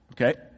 okay